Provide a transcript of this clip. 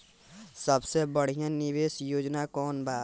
सबसे बढ़िया निवेश योजना कौन बा?